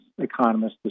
economists